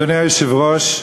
אדוני היושב-ראש,